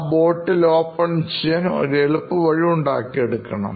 ആ bottle open ചെയ്യുവാൻഒരു എളുപ്പവഴി ഉണ്ടാക്കിയെടുക്കണം